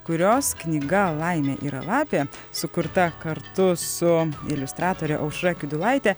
kurios knyga laimė yra lapė sukurta kartu su iliustratore aušra kiudulaite